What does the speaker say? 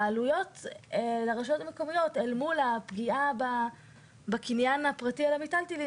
העלויות לרשויות המקומיות אל מול הפגיעה בקניין הפרטי על המטלטלין,